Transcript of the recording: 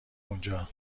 اونجا